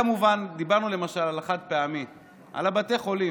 דיברנו למשל על החד-פעמי ועל בתי החולים.